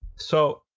so,